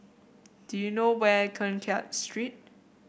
do you know where Keng Kiat Street